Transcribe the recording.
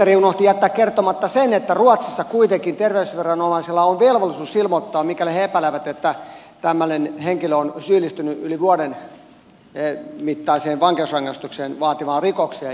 ministeri unohti jätti kertomatta sen että ruotsissa kuitenkin terveysviranomaisilla on velvollisuus ilmoittaa mikäli he epäilevät että tämmöinen henkilö on syyllistynyt yli vuoden mittaisen vankeusrangaistuksen vaativaan rikokseen